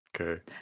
Okay